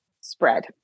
spread